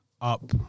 Up